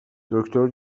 دکتر